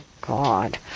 god